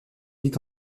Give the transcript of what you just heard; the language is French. vite